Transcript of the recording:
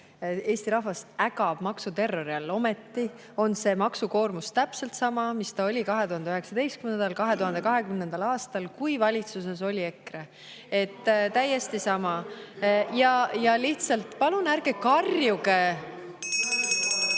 Eesti rahvas ägaks maksuterrori all. Ometi on see maksukoormus täpselt sama, mis ta oli 2019. ja 2020. aastal, kui valitsuses oli EKRE. Täiesti sama. (Hääl saalist.) Palun ärge karjuge.